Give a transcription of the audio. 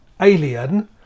Alien